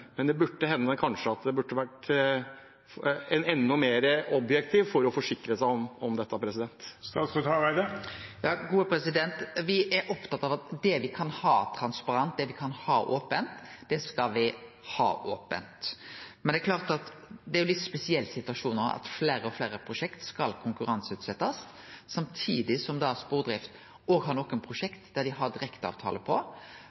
men man burde kanskje vært enda mer objektiv for å forsikre seg om dette. Me er opptatt av at det me kan ha transparent og ope, det skal me ha ope. Men det er klart at det er ein litt spesiell situasjon at fleire og fleire prosjekt skal konkurranseutsetjast, samtidig som Spordrift har nokre prosjekt dei har direkteavtale på.